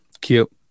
Cute